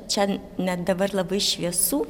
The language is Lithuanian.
čia net dabar labai šviesu